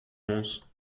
mons